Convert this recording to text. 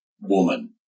woman